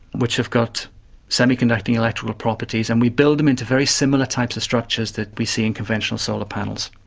which have got semiconducting electrical properties, and we build them into very similar types of structures that we see in conventional solar panels,